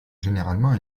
généralement